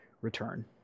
return